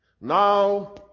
Now